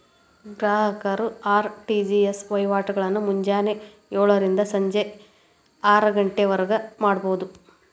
ಗ್ರಾಹಕರು ಆರ್.ಟಿ.ಜಿ.ಎಸ್ ವಹಿವಾಟಗಳನ್ನ ಮುಂಜಾನೆ ಯೋಳರಿಂದ ಸಂಜಿ ಆರಗಂಟಿವರ್ಗು ಮಾಡಬೋದು